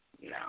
No